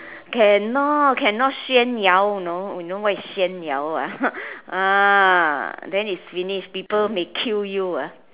cannot cannot 炫耀 you know you know what is 炫耀 ah ah then it's finished people may kill you ah